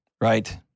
right